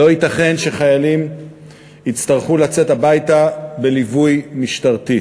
לא ייתכן שחיילים יצטרכו לצאת הביתה בליווי משטרתי.